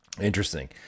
Interesting